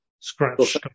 Scratch